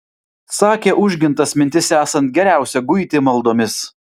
sakė užgintas mintis esant geriausia guiti maldomis